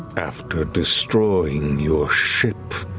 after destroying your ship